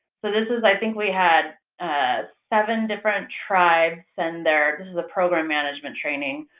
so, this is i think we had seven different tribes send their this is a program management training